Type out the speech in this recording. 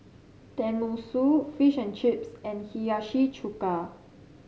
Tenmusu Fish and Chips and Hiyashi Chuka